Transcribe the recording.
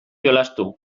jolastu